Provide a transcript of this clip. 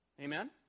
Amen